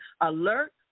alert